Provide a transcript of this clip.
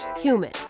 human